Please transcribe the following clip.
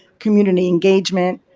community engagement,